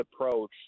approach